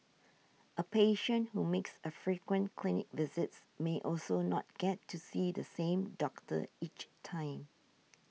a patient who makes a frequent clinic visits may also not get to see the same doctor each time